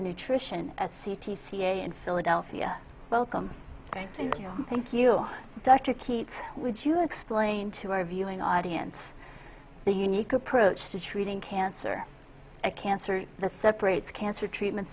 of nutrition at c t c in philadelphia welcome thank you thank you dr keats would you explain to our viewing audience the unique approach to treating cancer a cancer that separates cancer treatment